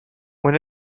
when